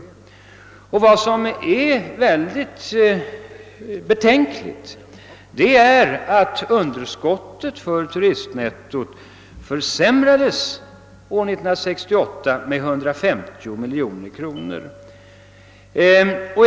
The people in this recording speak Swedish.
Väldigt betänkligt är att underskottet för turistnettot försämrades år 1968 med 150 miljoner kronor.